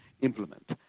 implement